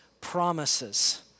promises